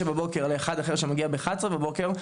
בבוקר לאחד אחר שמגיע באחת-עשרה בבוקר,